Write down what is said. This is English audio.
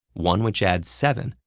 one which adds seven,